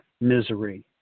misery